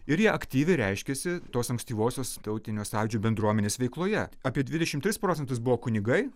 ir jie aktyviai reiškėsi tos ankstyvosios tautinio sąjūdžio bendruomenės veikloje apie dvidešimt tris procentus buvo kunigai